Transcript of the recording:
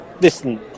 listen